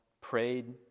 prayed